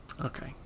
Okay